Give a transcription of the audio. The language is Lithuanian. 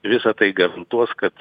visa tai garantuos kad